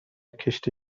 کشتی